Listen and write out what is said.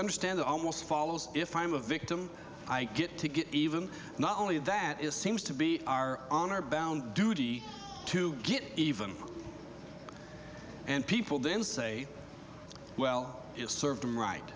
understand almost follows if i'm a victim i get to get even not only that is seems to be our honor bound duty to get even and people then say well if served them right